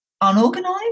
unorganized